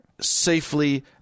safely